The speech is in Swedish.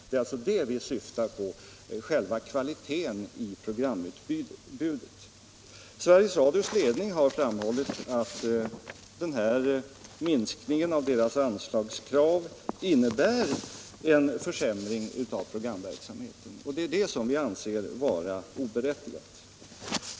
Det är alltså det — själva kvaliteten i programutbudet — vi syftar på. Sveriges Radios ledning har framhållit att minskningen av SR:s anslagskrav innebär en försämring av programverksamheten, och det är det som vi anser vara oberättigat.